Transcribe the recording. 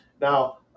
Now